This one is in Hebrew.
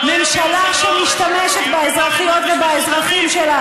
שפיכות דמים ממשלה שמשתמשת באזרחיות ובאזרחים שלה